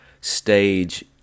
stage